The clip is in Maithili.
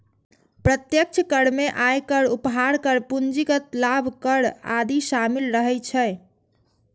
प्रत्यक्ष कर मे आयकर, उपहार कर, पूंजीगत लाभ कर आदि शामिल रहै छै